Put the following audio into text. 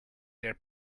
their